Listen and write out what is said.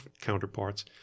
counterparts